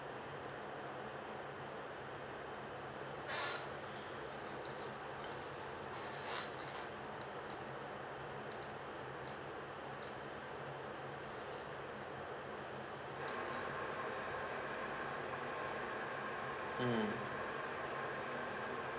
mm